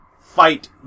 fight